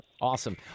Awesome